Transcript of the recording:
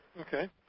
Okay